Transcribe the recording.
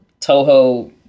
Toho